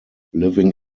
living